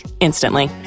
instantly